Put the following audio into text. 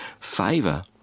favor